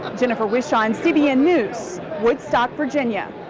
jennifer wishon, cbn news, woodstock, virginia.